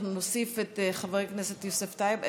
אנחנו נוסיף את חבר הכנסת יוסף טייב,